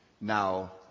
now